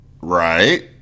Right